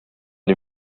die